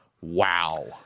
Wow